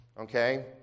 okay